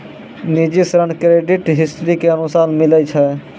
निजी ऋण credit history के अनुसार मिलै छै